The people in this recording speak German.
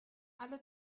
alle